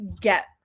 get